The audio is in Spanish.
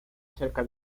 cerca